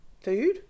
food